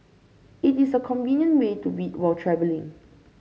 it is a convenient way to read while travelling